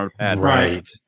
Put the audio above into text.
Right